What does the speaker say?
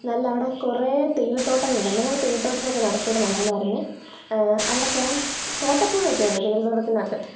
നല്ല അവിടെ കുറേ തേയില തോട്ടങ്ങൾ ഉണ്ട് ഞങ്ങൾ തേയില തോട്ടത്തിൻറെ നടുക്ക് കൂടെ നടന്നായിരുന്നു അവിടെ കുറേ തോട്ടപ്പുഴ ഒക്കെയുണ്ട് തേയില തോട്ടത്തിനകത്ത്